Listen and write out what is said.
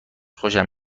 خوشم